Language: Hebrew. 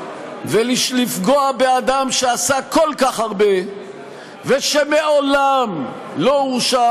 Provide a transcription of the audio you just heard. ולפגוע באדם שעשה כל כך הרבה ושמעולם לא הורשע